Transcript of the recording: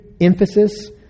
emphasis